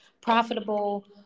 profitable